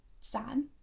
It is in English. sad